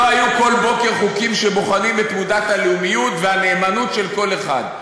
לא היו כל בוקר חוקים שבוחנים את תעודת הלאומיות והנאמנות של כל אחד,